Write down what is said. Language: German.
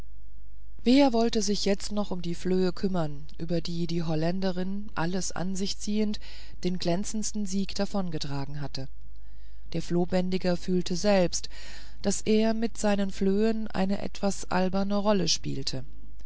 wer wollte sich jetzt noch um die flöhe kümmern über die die holländerin alles an sich ziehend den glänzendsten sieg davongetragen hatte der flohbändiger fühlte selbst daß er mit seinen flöhen eine etwas alberne rolle spiele